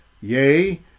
yea